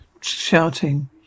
shouting